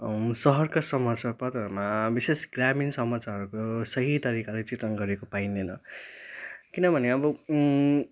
सहरका समाचारहरू पत्रहरूमा विशेष ग्रामीण समाचारहरू सही तरिकाले चित्रण गरिएको पाइन्दैन किनभने अब